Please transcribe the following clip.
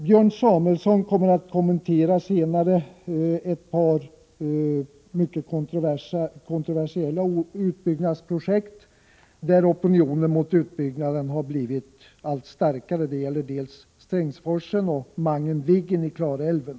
Senare kommer Björn Samuelson att kommentera ett par mycket kontroversiella utbyggnadsprojekt, där opinionen mot utbyggnaden har blivit allt starkare. Det gäller dels Strängsforsen, dels Mangen-Viggen i Klarälven.